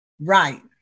Right